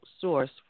source